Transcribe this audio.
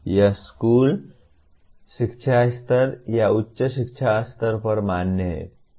यह स्कूल शिक्षा स्तर या उच्च शिक्षा स्तर पर मान्य है